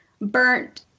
burnt